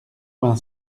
vingt